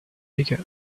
bigger